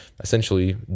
essentially